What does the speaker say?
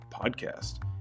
podcast